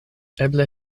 eble